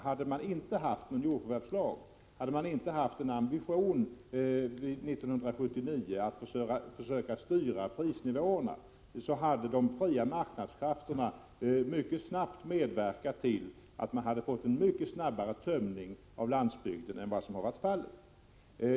Hade man inte haft någon jordförvärvslag och hade man inte 1979 haft ambitionen att försöka styra prisnivåerna, hade de fria marknadskrafterna mycket snabbt medverkat till att man fått en mycket snabbare tömning av landsbygden än vad som har varit fallet.